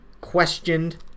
questioned